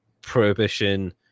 prohibition